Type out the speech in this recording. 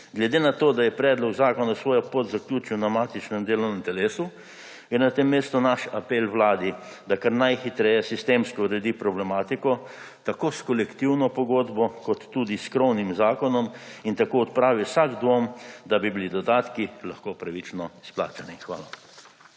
Glede na to, da je predlog zakona svojo pot zaključil na matičnem delovnem telesu, gre na tem mestu naš apel Vladi, da kar najhitreje sistemsko uredi problematiko – tako s kolektivno pogodbo kot tudi s krovnim zakonom − in tako odpravi vsak dvom, da bi bili dodatki lahko pravično izplačani. Hvala.